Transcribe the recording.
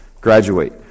graduate